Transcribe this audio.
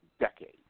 decades